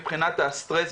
מבחינת הסטרס,